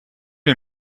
les